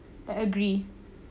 like agree